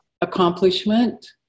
accomplishment